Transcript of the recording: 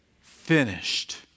finished